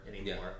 anymore